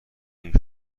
این